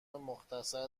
مختصر